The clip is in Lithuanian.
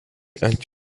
ant